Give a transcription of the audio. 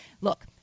Look